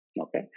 okay